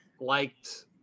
liked